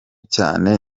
cyane